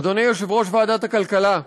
אדוני יושב-ראש ועדת הכלכלה,